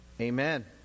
Amen